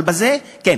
אבל בזה כן.